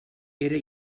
era